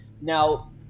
now